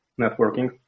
networking